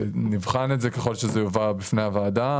נבחן את זה ככל שזה יובא בפני הוועדה,